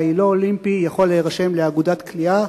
לא אולימפי יכול להירשם לאגודת קליעה,